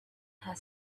her